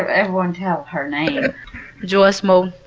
everyone, tell her name joyce moulton,